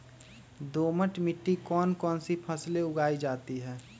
दोमट मिट्टी कौन कौन सी फसलें उगाई जाती है?